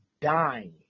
dying